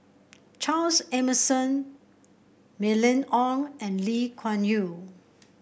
Charles Emmerson Mylene Ong and Lee Kuan Yew